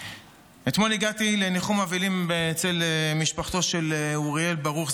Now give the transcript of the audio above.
אתמול הגעתי לניחום אבלים אצל משפחתו של אוריאל ברוך,